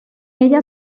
ella